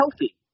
healthy